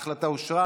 ההחלטה אושרה.